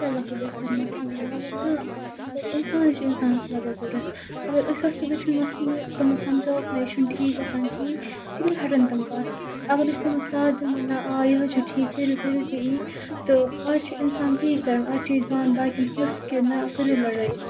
أسۍ کیازِ وَسو بیٚیہِ سٕندِس مَسلَس مَگر نہ مطلب اِنسانٕے چھُ انسانس لگان ضرورت اَگر أسۍ وسو بیٚیہِ سٕنٛدِس مسلس منٛز تِمن سۭتۍ نہٕ تِمن سَمجھاوکھ نہ یہِ چھُنہٕ ٹھیٖک گژھان کِہینۍ تیٚلہِ ہَٹن تِم پَتھ اَگر نہٕ أسۍ تِمن ساتھ دِمو نہ آ یِہوے چھُ ٹھیٖک کٔریو کٔرو تُہۍ یی تہٕ آز چھُ اِنسان تی کران آز چھُ اِنسان باقین ہٕس کہِ نہ کٔرو لَڑٲے